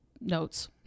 notes